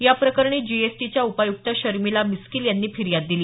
याप्रकरणी जीएसटीच्या उपायुक्त शर्मिला मिस्कील यांनी फिर्याद दिली